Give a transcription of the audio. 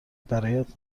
برایت